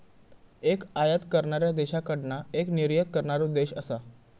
एक आयात करणाऱ्या देशाकडना एक निर्यात करणारो देश असा